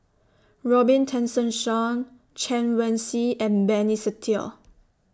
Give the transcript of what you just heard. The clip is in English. Robin Tessensohn Chen Wen Hsi and Benny Se Teo